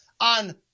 on